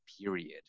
Period